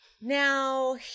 Now